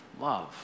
love